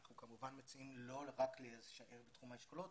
אנחנו כמובן מציעים לא רק להישאר בתחום האשכולות,